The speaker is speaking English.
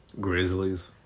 Grizzlies